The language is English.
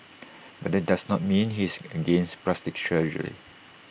but that does not mean he's against plastic surgery